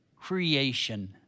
creation